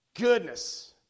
Goodness